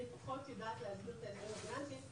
חלק גדול מההחלטות מתבסס על הבדיקות הפיננסיות הללו.